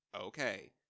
okay